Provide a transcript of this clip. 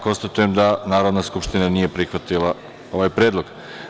Konstatujem da Narodna skupština nije prihvatila ovaj predlog.